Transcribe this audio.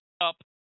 up